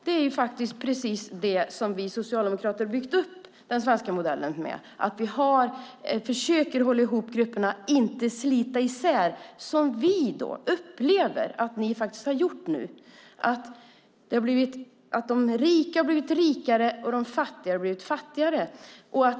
Det är precis det som vi socialdemokrater har byggt upp den svenska modellen med. Vi försöker hålla ihop grupperna, inte slita isär dem som vi upplever att ni har gjort nu. De rika har blivit rikare, och de fattiga har blivit fattigare.